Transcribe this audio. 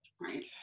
Right